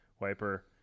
wiper